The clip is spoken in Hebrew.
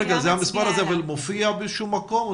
האם המספר הזה מופיעה באיזשהו מקום?